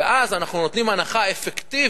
ואז אנחנו נותנים הנחה אפקטיבית